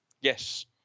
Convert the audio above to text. Yes